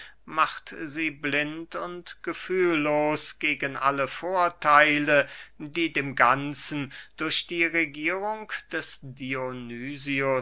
macht sie blind und gefühllos gegen alle vortheile die dem ganzen durch die regierung des